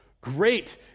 great